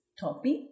topic